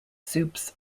soups